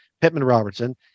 Pittman-Robertson